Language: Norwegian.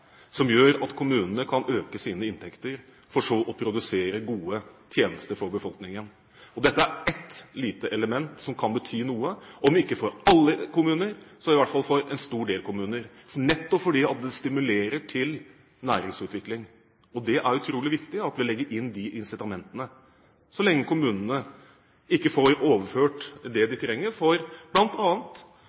som gjør at kommunene kan øke sine inntekter, for så å produsere gode tjenester for befolkningen. Dette er ett lite element som kan bety noe for om ikke alle kommuner, så i hvert fall for en stor del kommuner, nettopp fordi det stimulerer til næringsutvikling. Det er utrolig viktig at vi legger inn de incitamentene så lenge kommunene ikke får overført det de trenger for